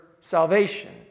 salvation